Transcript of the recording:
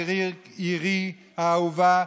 עירי האהובה,